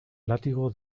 látigo